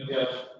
yes.